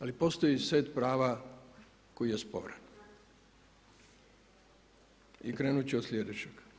Ali postoji set prava koji je sporan i krenuti ću od sljedećeg.